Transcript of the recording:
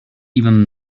even